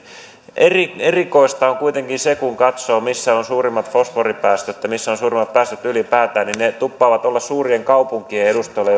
erikoista on kuitenkin se että kun katsoo missä on suurimmat fosforipäästöt ja missä on suurimmat päästöt ylipäätään niin ne tuppaavat olemaan suurien kaupunkien edustoilla